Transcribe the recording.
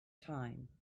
time